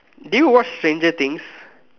did you watch stranger-things